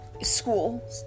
school